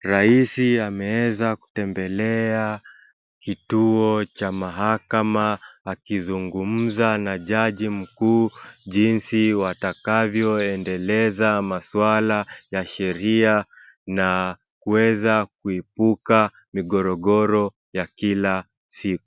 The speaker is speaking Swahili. Rais ameeza kutembelea kituo cha mahakama akizungumza na jaji mkuu jinsi wanakavyoendeleza masuala ya sheria na kuweza kuimbuka migorogoro ya kila siku.